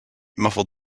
muffled